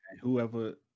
Whoever